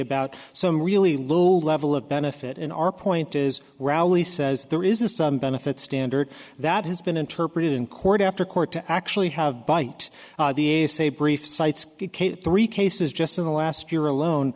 about some really lul level of benefit in our point is rally says there is some benefit standard that has been interpreted in court after court to actually have bite say brief cites three cases just in the last year alone